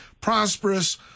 prosperous